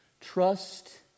trust